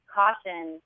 caution